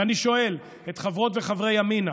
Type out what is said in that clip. ואני שואל את חברות וחברי ימינה